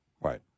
right